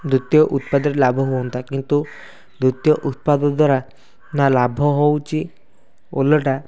ଦ୍ୱିତୀୟ ଉତ୍ପାଦରେ ଲାଭ ହୁଅନ୍ତା କିନ୍ତୁ ଦ୍ୱିତୀୟ ଉତ୍ପାଦ ଦ୍ୱାରା ନା' ଲାଭ ହେଉଛି ଓଲଟା